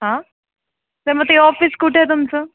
हा सर मग ते ऑफिस कुठे आहे तुमचं